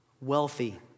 wealthy